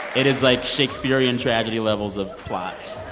it is, like, shakespearean tragedy levels of plot